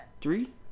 three